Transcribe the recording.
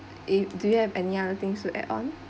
if do you have any other things to add on